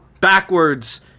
backwards